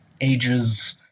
ages